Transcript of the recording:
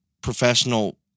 professional